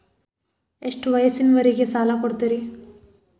ಎಷ್ಟ ವಯಸ್ಸಿನವರಿಗೆ ಸಾಲ ಕೊಡ್ತಿರಿ?